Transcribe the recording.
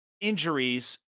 injuries